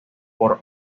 por